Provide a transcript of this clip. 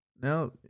Now